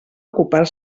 ocupar